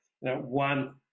one